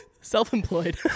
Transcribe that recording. Self-employed